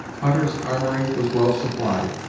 hutter's armory was well supplied,